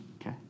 Okay